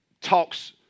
talks